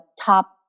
top